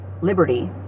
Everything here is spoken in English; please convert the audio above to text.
liberty